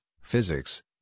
physics